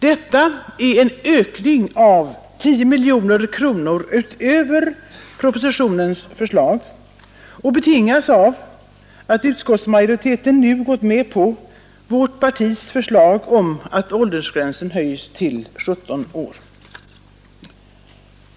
Det är en ökning av propositionens förslag med 10 miljoner kronor, och det betingas av att utskottsmajoriteten nu har gått med på vårt partis förslag att åldersgränsen höjs till 17 år.